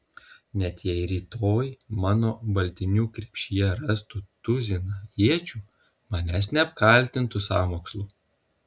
net jei rytoj mano baltinių krepšyje rastų tuziną iečių manęs neapkaltintų sąmokslu